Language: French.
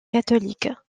catholique